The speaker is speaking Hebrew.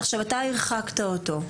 אתה הרחקת אותו,